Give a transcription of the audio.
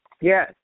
Yes